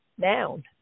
down